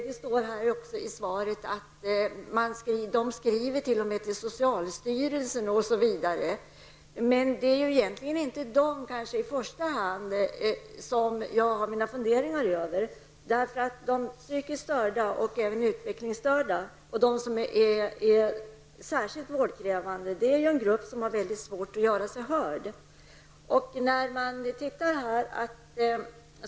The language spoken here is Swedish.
Det står också i svaret att dessa patienter t.o.m. skriver till socialstyrelsen osv. Men det är kanske inte i första hand de patienterna som jag har mina funderingar över. De psykiskt störda och utvecklingsstörda som är särskilt vårdkrävande är en grupp som har svårt att göra sig hörd.